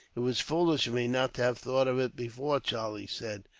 it was foolish of me not to have thought of it before, charlie said.